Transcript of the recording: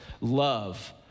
love